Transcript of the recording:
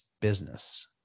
business